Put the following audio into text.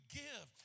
give